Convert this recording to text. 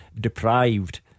deprived